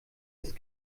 ist